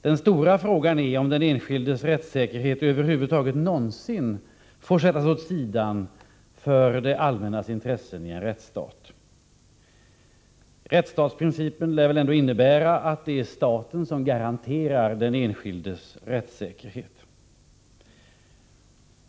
Den stora frågan är om den enskildes rättssäkerhet över huvud taget någonsin får sättas åt sidan för det allmännas intressen i en rättsstat. Rättsstatsprincipen lär ändå innebära att det är staten som garanterar den enskildes rättssäkerhet.